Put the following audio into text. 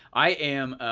i am,